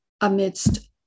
amidst